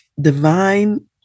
divine